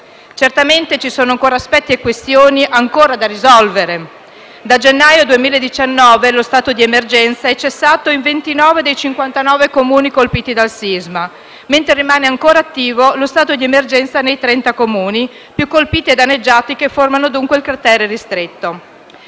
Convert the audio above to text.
Certamente ci sono ancora aspetti e questioni da risolvere. Dal gennaio 2019 lo stato di emergenza è cessato in 29 dei 59 Comuni colpiti dal sisma, mentre rimane ancora attivo lo stato di emergenza nei 30 Comuni più colpiti e danneggiati che formano il cratere ristretto.